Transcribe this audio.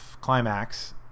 climax